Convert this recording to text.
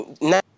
Now